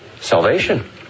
salvation